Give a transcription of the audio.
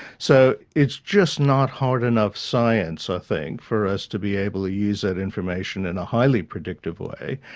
so, it's just not hard enough science, i think, for us to be able to use that information and a highly predictive way,